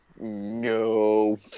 No